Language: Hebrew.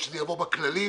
או בכללים.